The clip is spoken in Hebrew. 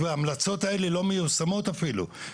וההמלצות האלה לא מיושמות אפילו.